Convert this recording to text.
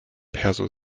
perso